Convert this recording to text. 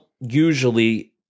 usually